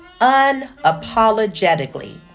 unapologetically